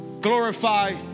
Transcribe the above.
glorify